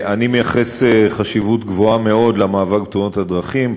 אני מייחס חשיבות רבה מאוד למאבק בתאונות הדרכים.